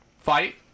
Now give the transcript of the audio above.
Fight